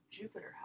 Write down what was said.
Jupiter